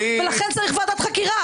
ולכן צריך ועדת חקירה,